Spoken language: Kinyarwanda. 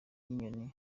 y’inyoni